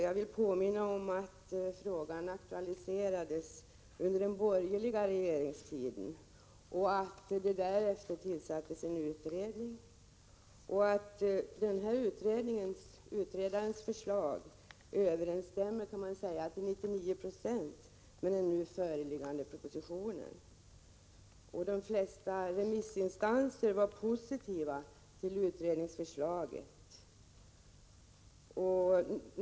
Jag vill påminna om att frågan aktualiserades under den borgerliga regeringstiden och att det därefter tillsattes en utredning, vars förslag till 99 96 överensstämmer med den nu föreliggande propositionen. De flesta remissinstanserna var positiva till utredningsförslaget.